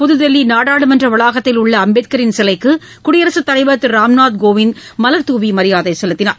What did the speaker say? புத்தில்லி நாடாளுமன்ற வளாகத்தில் உள்ள அம்பேத்கரின் சிலைக்கு குடியரசுத் தலைவர் திரு ராம்நாத் கோவிந்த் மலர் தூவி மரியாதை செலுத்தினார்